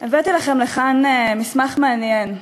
הבאתי לכם לכאן מסמך מעניין.